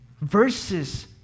verses